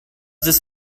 this